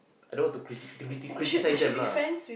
I don't want to cri~s to criticise them lah